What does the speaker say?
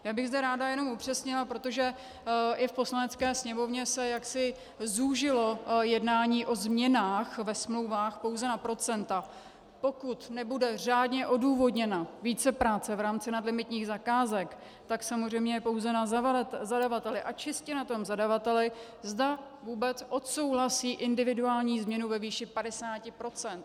Já bych zde ráda jenom upřesnila, protože i v Poslanecké sněmovně se jaksi zúžilo jednání o změnách ve smlouvách pouze na procenta pokud nebude řádně odůvodněna vícepráce v rámci nadlimitních zakázek, tak samozřejmě je pouze na zadavateli a čistě na tom zadavateli, zda vůbec odsouhlasí individuální změnu ve výši 50 %.